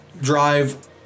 drive